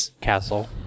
castle